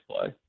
play